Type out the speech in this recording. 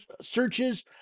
searches